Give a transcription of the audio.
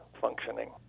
functioning